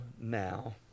now